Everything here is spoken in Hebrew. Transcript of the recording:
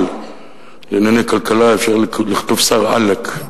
לענייני כלכלה" אפשר לכתוב "שר עלכ".